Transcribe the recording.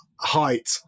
height